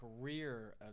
Career